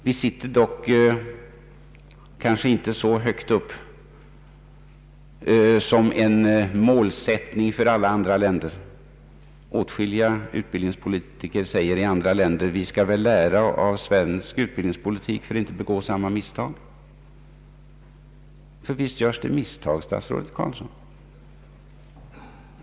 Vi sitter dock kanske inte så högt upp att vi ger målsättningen för andra länder — åtskilliga utbildningspolitiker i andra länder säger: Vi skall lära av svensk utbildningspolitik för att inte begå samma misstag. Visst görs det misstag, statsrådet Carlsson.